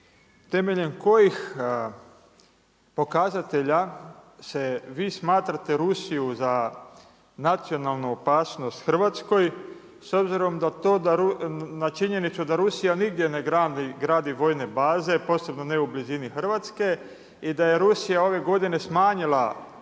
temeljem kojih pokazatelja se vi smatrate Rusiju za nacionalnu opasnost Hrvatskoj, s obzirom na to na činjenicu da Rusija nigdje ne gradi vojne baze, posebno ne u blizini Hrvatske i da je Rusija ove godine smanjila